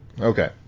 Okay